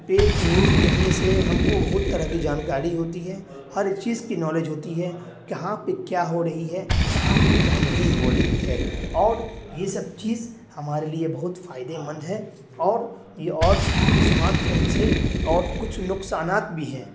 پہ نیوز دیکھنے سے ہم کو بہت طرح کی جانکاری ہوتی ہے ہر چیز کی نالج ہوتی ہے کہاں پہ کیا ہو رہی ہے کہاں پہ کیا نہیں ہو رہی ہے اور یہ سب چیز ہمارے لیے بہت فائدے مند ہے اور یہ اور اسمارٹ فون سے اور کچھ نقصانات بھی ہیں